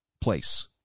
place